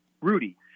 Rudy